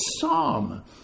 psalm